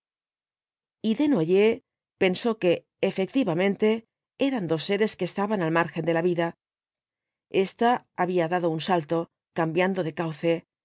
y desnoyers pensó que efectivamente eran dos seres que estaban al margen de la vida esta había dado un salto cambiando de cauce